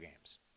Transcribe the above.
games